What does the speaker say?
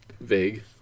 vague